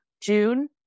June